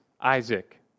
Isaac